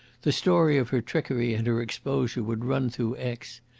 the story of her trickery and her exposure would run through aix.